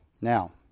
Now